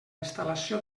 instal·lació